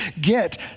get